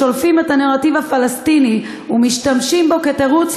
שולפים את הנרטיב הפלסטיני ומשתמשים בו כתירוץ